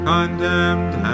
Condemned